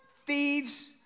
thieves